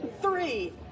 three